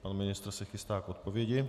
Pan ministr se chystá k odpovědi.